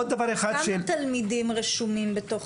כמה תלמידים רשומים בתוך